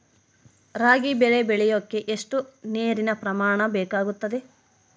ರಾಗಿ ಬೆಳೆ ಬೆಳೆಯೋಕೆ ಎಷ್ಟು ನೇರಿನ ಪ್ರಮಾಣ ಬೇಕಾಗುತ್ತದೆ?